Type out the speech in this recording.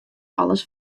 alles